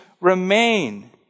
remain